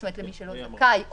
זאת אומרת למי שלא זכאי,